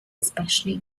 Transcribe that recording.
especially